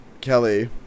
Kelly